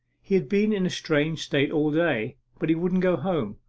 he had been in a strange state all day, but he wouldn't go home.